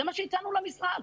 זה מה שהצענו למשרד.